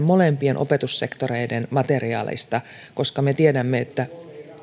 molempien opetussektoreiden materiaaleista koska me tiedämme että